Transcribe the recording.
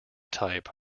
type